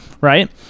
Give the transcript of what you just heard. right